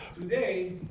today